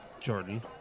Jordan